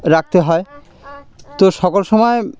রাখতে হয় তো সকল সময়